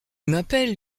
m’appelle